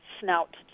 snout